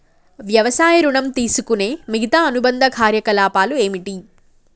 వ్యవసాయ ఋణం తీసుకునే మిగితా అనుబంధ కార్యకలాపాలు ఏమిటి?